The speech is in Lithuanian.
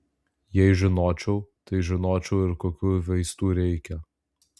jei žinočiau tai žinočiau ir kokių vaistų reikia